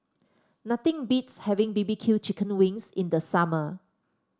nothing beats having B B Q Chicken Wings in the summer